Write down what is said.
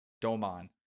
Doman